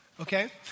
Okay